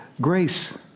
grace